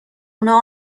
اونا